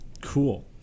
Cool